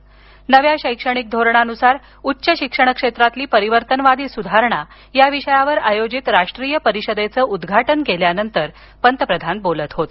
नव्या शैक्षणिक धोरणानुसार उच्च शिक्षणक्षेत्रातील परिवर्तनवादी सुधारणा या विषयावर आयोजित राष्ट्रीय परिषदेचं उद्घाटन केल्यानंतर पंतप्रधान बोलत होते